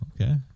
okay